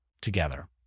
together